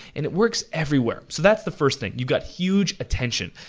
and it works everywhere. so, that's the first thing. you've got huge attention.